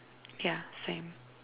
yeah same